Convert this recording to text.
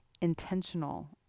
intentional